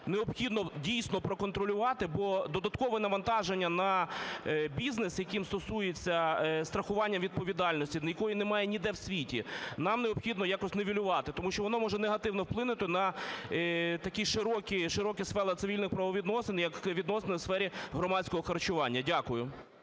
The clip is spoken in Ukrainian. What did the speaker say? необхідно, дійсно, проконтролювати, бо додаткове навантаження на бізнес, якого стосується страхування відповідальності, якої немає ніде в світі, нам необхідно якось нівелювати. Тому що воно може негативно вплинути на такі широкі сфери цивільних правовідносин, як відносини в сфері громадського харчування. Дякую.